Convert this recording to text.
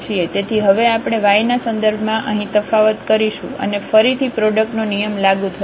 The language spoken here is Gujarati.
તેથી હવે આપણે y ના સંદર્ભમાં અહીં તફાવત કરીશું અને ફરીથી પ્રોડક્ટ નો નિયમ લાગુ થશે